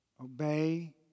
Obey